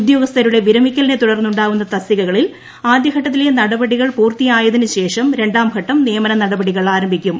ഉദ്യോഗസ്ഥരുടെ വിരമിക്കലിനെ തുടർന്ന് ഉണ്ടാകുന്ന തസ്തികകളിൽ ആദ്യ ഘട്ടത്തിലെ നടപടികൾ പൂർത്തിയായതിനുശേഷം രണ്ടാംഘട്ടം നിയമന നടപടികൾ ആരംഭിക്കും